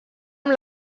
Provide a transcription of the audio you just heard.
amb